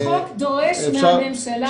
החוק דורש מהממשלה.